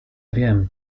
wiem